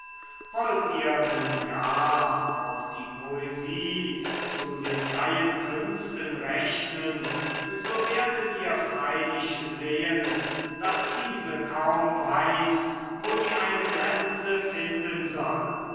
wollt ihr nun gar auch die poesie zu den freien künsten rechnen so werdet ihr freilich sehen daß diese kaum weiß wo sie eine grenze finden soll